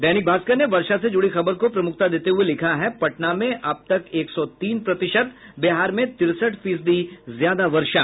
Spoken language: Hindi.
दैनिक भास्कर ने वर्षा से जुड़ी खबर को प्रमुखता देते हुये लिखा है पटना में अब तक एक सौ तीन प्रतिशत बिहार में तिरसठ फीसदी ज्यादा वर्षा